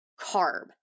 carb